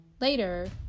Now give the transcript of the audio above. Later